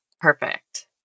perfect